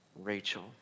Rachel